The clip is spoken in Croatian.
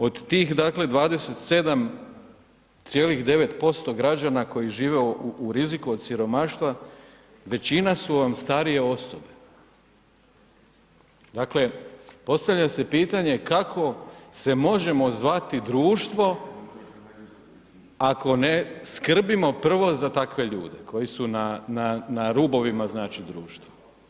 Od tih dakle 27,9% građana koji žive u riziku od siromaštva većina su vam starije osobe, dakle postavlja se pitanje kako se možemo zvati društvo ako ne skrbimo prvo za takve ljude koji su na, na rubovima znači društva.